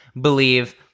believe